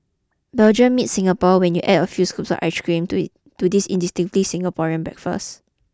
Belgium meets Singapore when you add a few scoops of ice cream to to this distinctively Singaporean breakfast